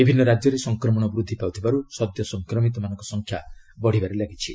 ବିଭିନ୍ନ ରାଜ୍ୟରେ ସଂକ୍ମଣ ବୃଦ୍ଧି ପାଉଥିବାର୍ ସଦ୍ୟ ସଂକ୍ମିତମାନଙ୍କ ସଂଖ୍ୟା ବଢ଼ିବାରେ ଲାଗିଛି